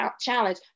challenge